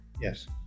Yes